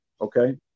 okay